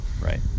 Right